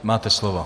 Máte slovo.